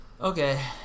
Okay